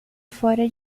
fora